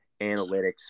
analytics